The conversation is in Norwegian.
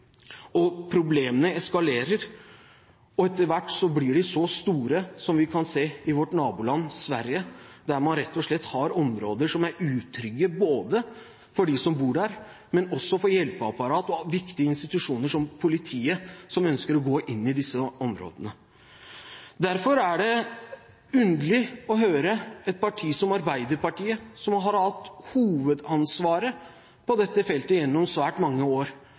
Norge. Problemene eskalerer, og etter hvert blir de så store som det vi kan se i vårt naboland Sverige, der man rett og slett har områder som er utrygge for dem som bor der, men også for hjelpeapparat og viktige institusjoner som politiet, som ønsker å gå inn i disse områdene. Derfor er det underlig å høre at et parti som Arbeiderpartiet, som har hatt hovedansvaret på dette feltet gjennom svært mange år,